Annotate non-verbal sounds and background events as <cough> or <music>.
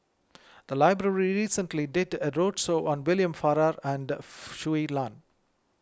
the library recently did a roadshow on William Farquhar and <noise> Shui Lan